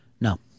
No